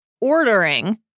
ordering